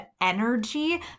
energy